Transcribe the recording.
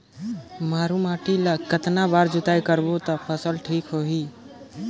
मारू माटी ला कतना बार जुताई करबो ता फसल ठीक होती?